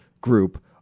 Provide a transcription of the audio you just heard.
group